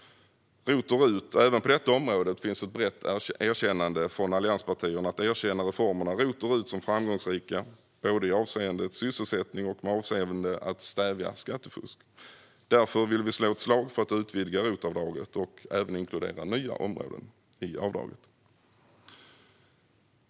Även när det gäller ROT och RUT finns det ett brett stöd från allianspartierna för att erkänna reformerna ROT och RUT som framgångsrika, både avseende sysselsättning och att stävja skattefusk. Därför vill vi slå ett slag för att utvidga ROT-avdraget och även inkludera nya områden i avdraget.